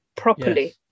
properly